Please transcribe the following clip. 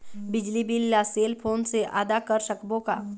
बिजली बिल ला cell phone से आदा कर सकबो का?